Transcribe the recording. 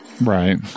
Right